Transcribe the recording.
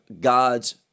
god's